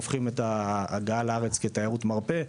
שהופכים את הגעתם לארץ לתיירות מרפא.